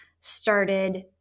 started